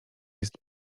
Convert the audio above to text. jest